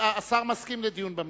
השר מסכים לדיון במליאה.